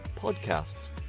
podcasts